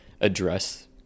address